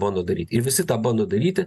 bando daryt ir visi tą bando daryti